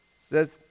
says